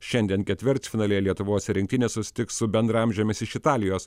šiandien ketvirtfinalyje lietuvos rinktinė susitiks su bendraamžėmis iš italijos